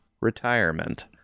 retirement